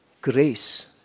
grace